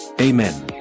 Amen